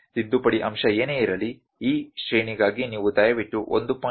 ತಿದ್ದುಪಡಿ ಅಂಶ ಏನೇ ಇರಲಿ ಈ ಶ್ರೇಣಿಗಾಗಿ ನೀವು ದಯವಿಟ್ಟು 1